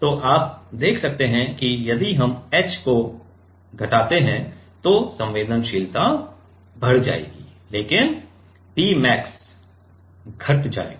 तो आप देख सकते हैं कि यदि हम h को घटाते हैं तो संवेदनशीलता बढ़ जाएगी लेकिन P मैक्स घट जाएगा